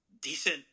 decent